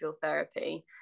therapy